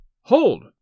Hold